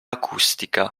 acustica